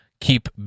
keep